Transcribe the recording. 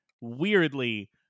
weirdly